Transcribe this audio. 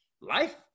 life